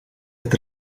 het